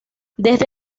desde